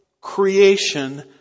creation